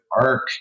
arc